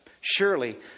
surely